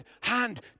hand